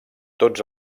tots